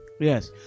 Yes